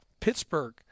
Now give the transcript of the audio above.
Pittsburgh